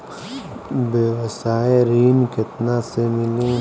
व्यवसाय ऋण केतना ले मिली?